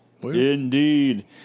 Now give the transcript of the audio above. Indeed